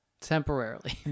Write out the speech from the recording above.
temporarily